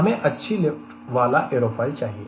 हमें अच्छी लिफ्ट वाला एयरोफॉयल चाहिए